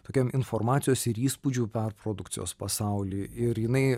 tokiam informacijos ir įspūdžių perprodukcijos pasauly ir jinai